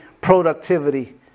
productivity